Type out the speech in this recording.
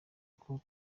uko